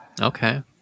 Okay